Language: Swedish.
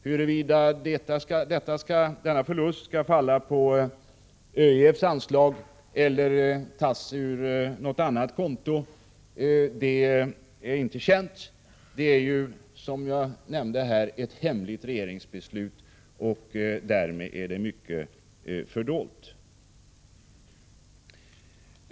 Huruvida denna förlust skall drabba ÖEF:s anslag eller tas från något annat konto är inte känt. Det är ju, som jag nämnde, ett hemligt regeringsbeslut, och därmed är det mycket som är fördolt.